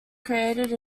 created